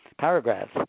paragraphs